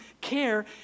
care